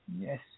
Yes